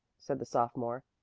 said the sophomore.